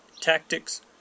tactics